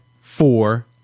four